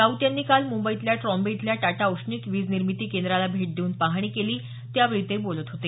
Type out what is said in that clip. राऊत यांनी काल मुंबईतल्या ट्रॉम्बे इथल्या टाटा औष्णिक वीज निर्मिती केंद्राला भेट देऊन पाहणी केली त्यावेळी ते बोलत होते